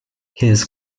his